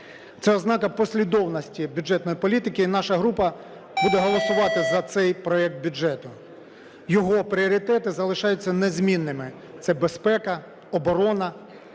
Це ознака послідовності бюджетної політики. І наша група буде голосувати за цей проект бюджету. Його пріоритети залишаються незмінними: це безпека, оборона,